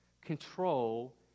control